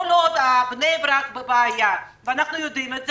כל עוד בני ברק בבעיה ואנחנו יודעים את זה,